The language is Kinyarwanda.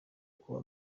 kuba